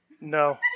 No